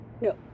no